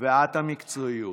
ואת המקצועיות.